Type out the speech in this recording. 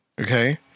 Okay